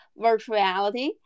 virtuality